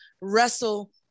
wrestle